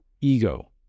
ego